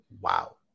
Wow